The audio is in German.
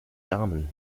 samen